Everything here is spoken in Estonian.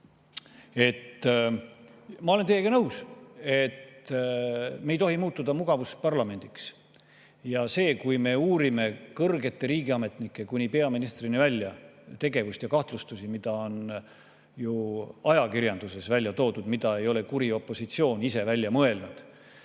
Ma olen teiega nõus, et me ei tohi muutuda mugavusparlamendiks. Kui me uurime kõrgete riigiametnike, kuni peaministrini välja, tegevust ja kahtlustusi, mida on ju ajakirjanduses välja toodud, mida ei ole kuri opositsioon ise välja mõelnud,